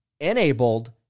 enabled